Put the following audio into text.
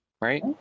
Right